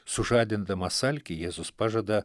sužadindamas alkį jėzus pažada